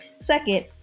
second